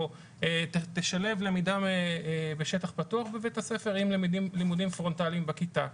או תשלב למידה בשטח פתוח בבית הספר עם לימודים פרונטליים בכיתה,